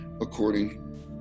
according